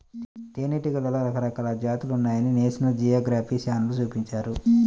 తేనెటీగలలో రకరకాల జాతులున్నాయని నేషనల్ జియోగ్రఫీ ఛానల్ చూపించారు